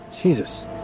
Jesus